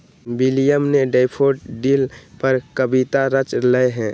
William ने daffodil पर कविता रच लय है